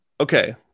Okay